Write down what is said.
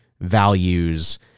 values